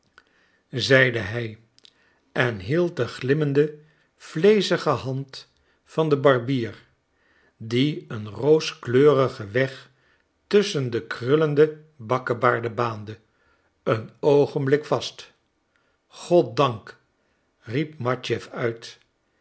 zeide hij en hield de glimmende vleezige hand van den barbier die een rooskleurigen weg tusschen de krullende bakkebaarden baande een oogenblik vast goddank riep matjeff uit